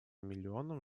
миллионам